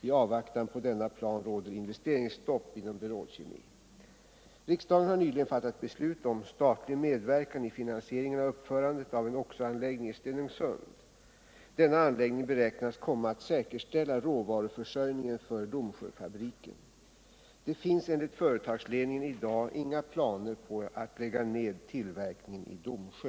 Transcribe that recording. I avvaktan på denna plan råder investeringsstopp inom Berol Kemi. Riksdagen har nyligen fattat beslut om statlig medverkan i finansieringen av uppförandet av en oxoanläggning i Stenungsund. Denna anläggning beräknas komma att säkerställa råvaruförsörjningen för Domsjöfabriken. Det finns enligt företagsledningen i dag inga planer på att lägga ned tillverkningen i Domsjö.